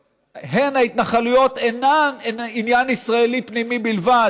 ההתנחלויות אינן עניין ישראלי פנימי בלבד,